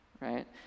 right